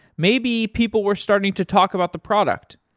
maybe people were starting to talk about the product.